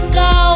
go